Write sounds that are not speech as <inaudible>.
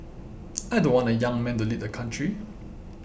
<noise> I don't want a young man to lead the country